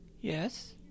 Yes